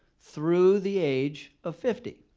through the age of fifty.